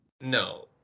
No